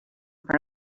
front